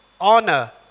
honor